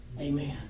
Amen